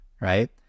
right